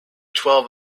twelve